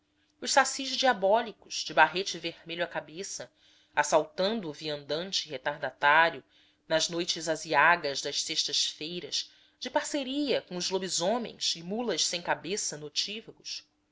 os sacis diabólicos de barrete vermelho à cabeça assaltando o viandante retardatário nas noites aziagas das sextas feiras de parceria com os lobisomens e mulas sem cabeça noctívagos